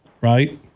Right